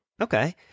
Okay